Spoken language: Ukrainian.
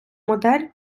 модель